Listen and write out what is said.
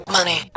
Money